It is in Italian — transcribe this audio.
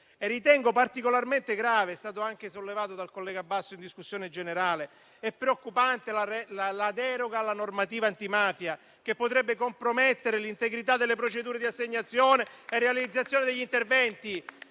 Ritengo particolarmente grave e preoccupante - come è stato sollevato dal collega Basso in discussione generale - la deroga alla normativa antimafia che potrebbe compromettere l'integrità delle procedure di assegnazione e realizzazione degli interventi.